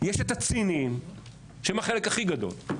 יש את הציניים שהם החלק הכי גדול,